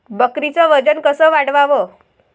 बकरीचं वजन कस वाढवाव?